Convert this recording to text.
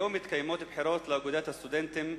היום מתקיימות בחירות לאגודת הסטודנטים,